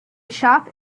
shop